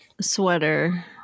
sweater